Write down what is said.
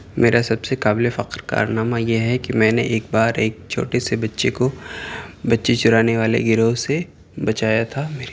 میرا سب سے قابل فخر کارنامہ یہ ہے کہ میں نے ایک بار ایک چھوٹے سے بچے کو بچے چرانے والے گروہ سے بچایا تھا میرے